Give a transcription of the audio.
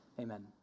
Amen